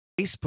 Facebook